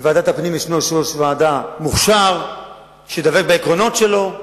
בוועדת הפנים יש יושב-ראש ועדה מוכשר שדבק בעקרונות שלו,